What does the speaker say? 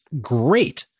great